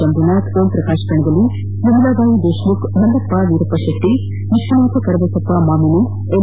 Shambhunath Omprakash Kanagali Vimalabai Deshmukh Mallappa Veerappa Shetty Vishwanatha Karabasappa Mamini M